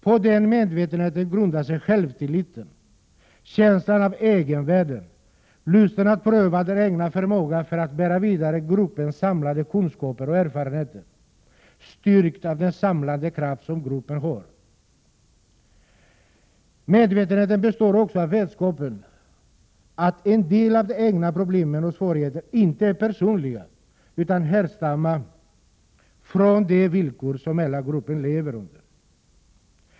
På den medvetenheten grundas självtilliten, känslan av egenvärde, lusten att pröva den egna förmågan att bära vidare gruppens samlade kunskaper och erfarenheter, styrkt av den samlande kraft som gruppen har. Medvetenheten består också av vetskapen om att en del av de egna problemen och svårigheterna inte är personliga utan att de härstammar från de villkor som hela gruppen lever under.